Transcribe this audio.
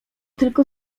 tylko